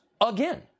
again